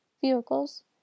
vehicles